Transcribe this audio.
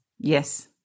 Yes